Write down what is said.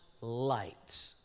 light